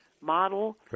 model